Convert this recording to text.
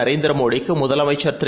நரேந்திரமோடிக்குமுதலமைச்சர்திரு